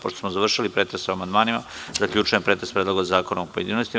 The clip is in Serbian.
Pošto smo završili pretres o amandmanima, zaključujem pretres Predloga zakona u pojedinostima.